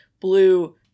blue